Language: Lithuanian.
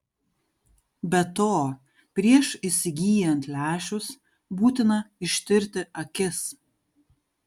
be to prieš įsigyjant lęšius būtina ištirti akis